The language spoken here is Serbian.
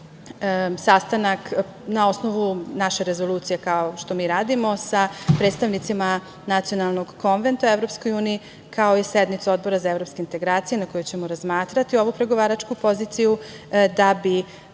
sastanak, na osnovu naše rezolucije, kao što mi radimo, sa predstavnicima nacionalnog konventa EU, kao i sednicu Odbora za evropske integracije, na kojoj ćemo razmatrati ovu pregovaračku poziciju da bi